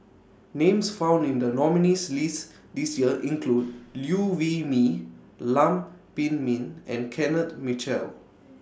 Names found in The nominees' list This Year include Liew Wee Mee Lam Pin Min and Kenneth Mitchell